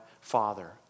Father